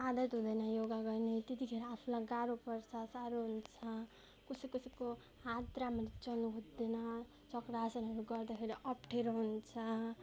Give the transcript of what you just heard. आदत हुँदैन योगा गर्ने त्यतिखेर आफूलाई गाह्रो पर्छ साह्रो हुन्छ कसै कसैको हात राम्ररी चल्न खोज्दैन चक्रासानहरू गर्दाखेरि अप्ठ्यारो हुन्छ